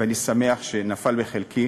ואני שמח שנפל בחלקי,